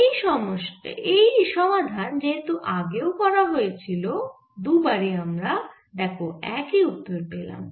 এই সমাধান যেহেতু আগেও করা হয়েছিল দুবারই আমরা একই উত্তর পেলাম